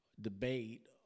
debate